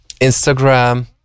instagram